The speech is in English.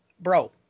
bro